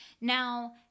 Now